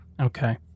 Okay